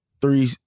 three